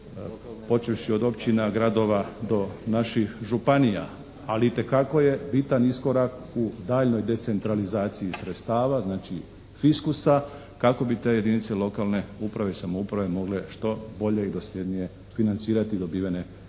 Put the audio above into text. počevši od općina, gradova do naših županija, ali itekako je bitan iskorak u daljnjoj decentralizaciji sredstava, znači fiskusa kako bi te jedinice lokalne uprave i samouprave mogle što bolje i dosljednije financirati dobivene obveze.